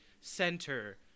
center